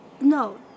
No